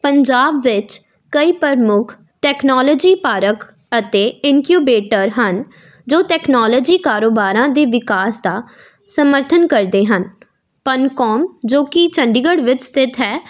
ਪੰਜਾਬ ਵਿੱਚ ਕਈ ਪ੍ਰਮੁੱਖ ਤੈਕਨੋਲਜੀ ਪਾਰਕ ਅਤੇ ਇਨਕਯੂਬੇਟਰ ਹਨ ਜੋ ਤੈਕਨੋਲੋਜੀ ਕਾਰੋਬਾਰਾਂ ਦੇ ਵਿਕਾਸ ਦਾ ਸਮਰਥਨ ਕਰਦੇ ਹਨ ਪਨਕੌਮ ਜੋ ਕਿ ਚੰਡੀਗੜ੍ਹ ਵਿੱਚ ਸਥਿਤ ਹੈ